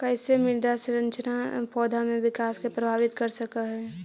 कईसे मृदा संरचना पौधा में विकास के प्रभावित कर सक हई?